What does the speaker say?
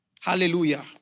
Hallelujah